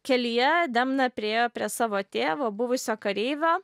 kelyje demna priėjo prie savo tėvo buvusio kareivio